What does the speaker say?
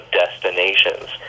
destinations